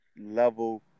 level